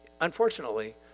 Unfortunately